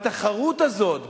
והתחרות הזאת ביניכם,